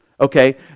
Okay